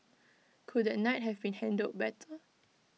could A night have been handled better